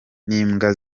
n’imbwa